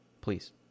Please